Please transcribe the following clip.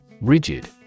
Rigid